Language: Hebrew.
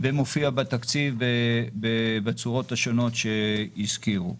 ומופיע בתקציב בצורות השונות שהזכירו.